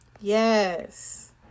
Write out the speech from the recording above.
Yes